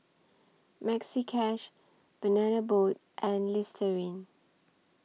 Maxi Cash Banana Boat and Listerine